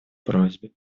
просьбе